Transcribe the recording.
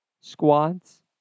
squads